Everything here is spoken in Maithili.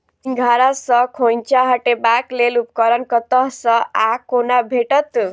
सिंघाड़ा सऽ खोइंचा हटेबाक लेल उपकरण कतह सऽ आ कोना भेटत?